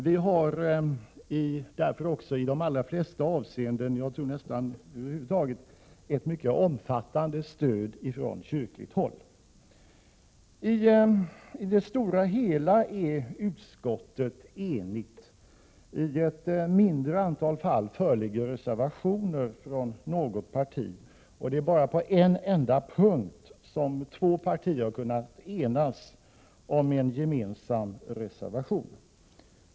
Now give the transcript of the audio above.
Vi har därför i de flesta avseenden ett mycket omfattande stöd från kyrkligt håll. I det stora hela är utskottet enigt. I ett mindre antal fall föreligger reservationer från något parti. Det är bara på en enda punkt som två partier har kunnat enas om en gemensam reservation.